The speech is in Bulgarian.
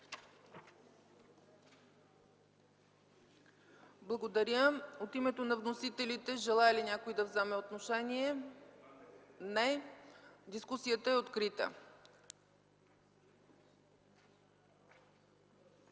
Благодаря. От името на вносителите желае ли някой да вземе отношение? Не.Дискусията е открита.